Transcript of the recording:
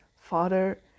father